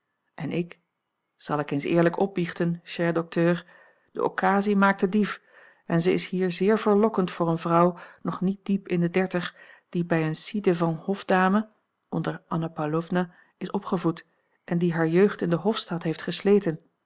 en ik zal ik eens eerlijk opbiechten cher docteur de occasie maakt den dief en ze is hier zeer verlokkend voor eene vrouw nog niet diep in de dertig die bij eene ci devant hofdame onder anna paulowna is opgevoed en die hare jeugd in de hofstad heeft gesleten